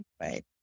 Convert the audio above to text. right